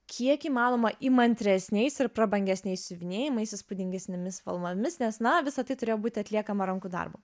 kiek įmanoma įmantresniais ir prabangesniais siuvinėjimais įspūdingesnėmis spalvomis nes na visa tai turėjo būti atliekama rankų darbu